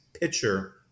pitcher